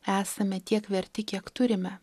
esame tiek verti kiek turime